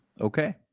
Okay